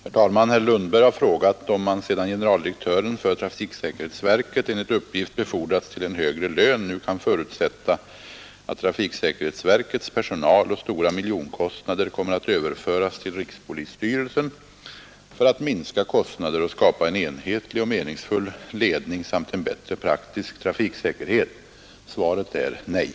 Herr talman! Herr Lundberg har frågat om man — sedan generaldirektören för trafiksäkerhetsverket enligt uppgift befordrats till en högre lön — nu kan förutsätta att trafiksäkerhetsverkets personal och stora miljonkostnader kommer att överföras till rikspolisstyrelsen för att minska kostnader och skapa en enhetlig och meningsfull ledning samt en bättre praktisk trafiksäkerhet. Svaret är nej.